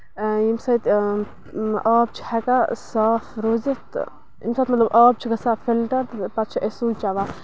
اۭں ییٚمہِ سۭتۍ آب چھِ ہٮ۪کان صاف روٗزِتھ تہٕ ییٚمہِ ساتہٕ مطلب آب چھُ گژھان فِلٹر تہٕ پَتہٕ چھِ أسۍ سُے چٮ۪وان